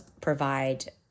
provide